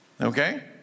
Okay